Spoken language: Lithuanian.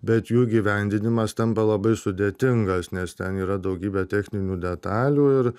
bet jų įgyvendinimas tampa labai sudėtingas nes ten yra daugybė techninių detalių ir